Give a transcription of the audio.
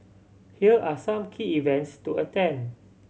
here are some key events to attend